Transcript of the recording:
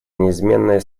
неизменная